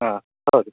ಹಾಂ ಹೌದು